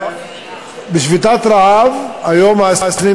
בשביתת רעב, היום ה-23.